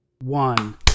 one